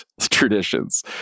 traditions